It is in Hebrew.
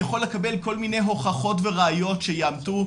יכול לקבל כל מיני הוכחות וראיות שיאמתו,